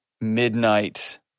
midnight